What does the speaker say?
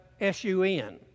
S-U-N